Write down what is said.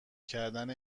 کردن